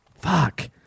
Fuck